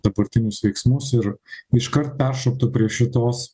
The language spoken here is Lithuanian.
dabartinius veiksmus ir iškart peršoktų prie šitos